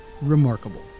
remarkable